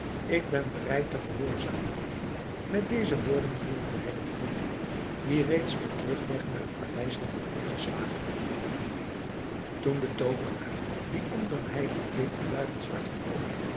ik ben bereid te gehoorzamen met deze woorden volgde hij de bedienden die reeds den terugweg naar het paleis hadden ingeslagen toen de toovenaar die onder een heilig kleed een duivelsch hart verborg